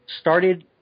started